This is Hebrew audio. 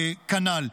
כנ"ל.